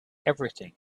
everything